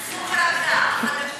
רגע, יש הצבעה על זה?